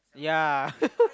yeah